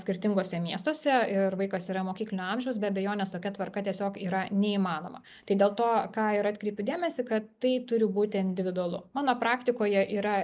skirtinguose miestuose ir vaikas yra mokyklinio amžiaus be abejonės tokia tvarka tiesiog yra neįmanoma tai dėl to ką ir atkreipiu dėmesį kad tai turi būti individualu mano praktikoje yra